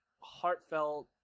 heartfelt